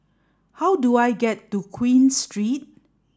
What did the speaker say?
how do I get to Queen Street